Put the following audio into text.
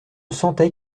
sentait